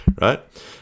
right